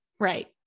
Right